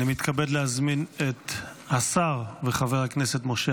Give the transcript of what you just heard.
אני מתכבד להזמין את השר וחבר הכנסת משה